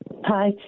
Hi